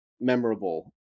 memorable